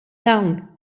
dawn